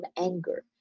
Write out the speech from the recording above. anger